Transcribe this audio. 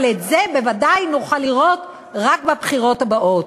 אבל את זה בוודאי נוכל לראות רק בבחירות הבאות.